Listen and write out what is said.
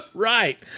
Right